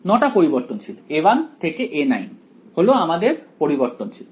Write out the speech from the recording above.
9 টা পরিবর্তনশীল a1 থেকে a9 হলো আমাদের পরিবর্তনশীল